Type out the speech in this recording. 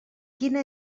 quina